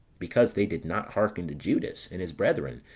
because they did not hearken to judas and his brethren,